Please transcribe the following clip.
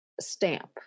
stamp